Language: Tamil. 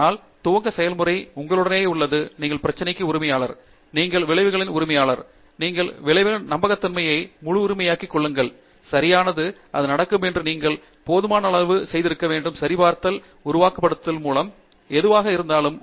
ஆனால் துவக்க செயல்முறை உங்களுடனேயே உள்ளது நீங்கள் பிரச்சினைக்கு உரிமையாளர் நீங்கள் விளைவின் உரிமையாளர் நீங்கள் விளைவின் நம்பகத்தன்மையை முழு உரிமையாக்கிக் கொள்ளுதல் சரியானது அது நடக்கும் என்று நீங்கள் போதுமான அளவு செய்திருக்க வேண்டும் சரிபார்த்தல் தத்துவார்த்தரீதியாக உருவகப்படுத்துதல்கள் மூலம் எதுவாக இருந்தாலும்